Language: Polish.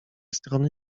strony